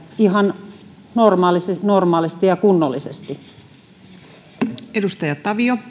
ihan normaalisti normaalisti ja kunnollisesti